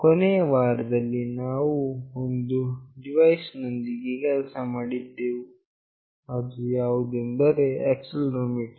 ಕೊನೆಯ ವಾರದಲ್ಲಿ ನಾವು ಒಂದು ಡಿವೈಸ್ ನೊಂದಿಗೆ ಕೆಲಸ ಮಾಡಿದ್ದೆವು ಅದು ಯಾವುದೆಂದರೆ ಆಕ್ಸೆಲೆರೋಮೀಟರ್